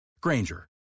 Granger